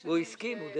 הסכים.